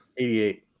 88